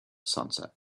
sunset